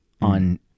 on